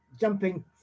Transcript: jumping